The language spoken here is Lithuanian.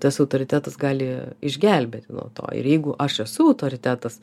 tas autoritetas gali išgelbėt nuo to ir jeigu aš esu autoritetas